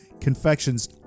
confections